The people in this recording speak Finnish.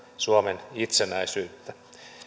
suomen satavuotista itsenäisyyttä